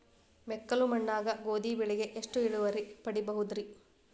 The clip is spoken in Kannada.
ಮೆಕ್ಕಲು ಮಣ್ಣಾಗ ಗೋಧಿ ಬೆಳಿಗೆ ಎಷ್ಟ ಇಳುವರಿ ಪಡಿಬಹುದ್ರಿ?